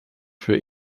für